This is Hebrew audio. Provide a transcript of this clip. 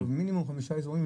מינימום 5 אזורים,